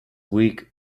week